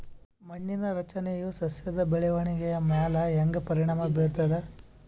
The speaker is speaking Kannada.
ಮಣ್ಣಿನ ರಚನೆಯು ಸಸ್ಯದ ಬೆಳವಣಿಗೆಯ ಮ್ಯಾಲ ಹ್ಯಾಂಗ ಪರಿಣಾಮ ಬೀರ್ತದ?